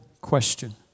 question